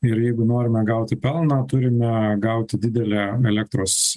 ir jeigu norime gauti pelną turime gauti didelę elektros